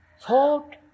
thought